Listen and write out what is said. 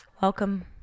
welcome